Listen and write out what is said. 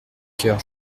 coeur